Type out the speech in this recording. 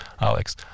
Alex